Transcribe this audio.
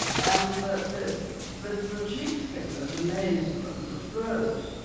and the the chief thing that amazed them was rose.